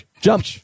jump